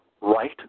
right